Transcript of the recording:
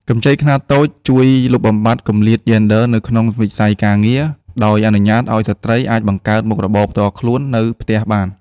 កម្ចីខ្នាតតូចជួយលុបបំបាត់គម្លាតយេនឌ័រនៅក្នុងវិស័យការងារ ដោយអនុញ្ញាតឱ្យស្ត្រីអាចបង្កើតមុខរបរផ្ទាល់ខ្លួននៅផ្ទះបាន។